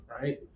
right